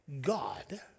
God